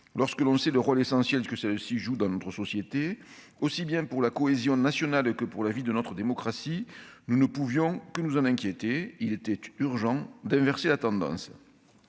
Lorsque l'on sait le rôle essentiel que cette institution joue dans notre société, aussi bien pour la cohésion nationale que pour la vie de notre démocratie, nous ne pouvions que nous en inquiéter. Il était urgent d'inverser la tendance.